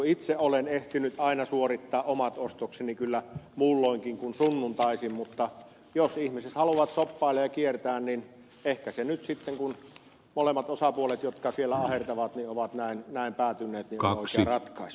itse olen ehtinyt aina suorittaa omat ostokseni kyllä muulloinkin kuin sunnuntaisin mutta jos ihmiset haluavat shoppailla ja kiertää niin ehkä se nyt sitten kun molemmat osapuolet jotka siellä ahertavat ovat näin päätyneet on oikea ratkaisu